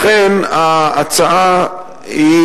לכן ההצעה היא,